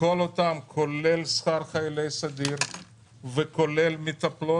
כל אותם כולל שכר חיילי סדיר וכולל מטפלות,